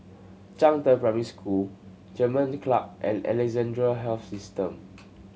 Zhangde Primary School German Club and Alexandra Health System